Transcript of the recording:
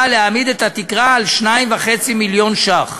להעמיד את התקרה על 2.5 מיליון ש"ח.